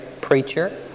preacher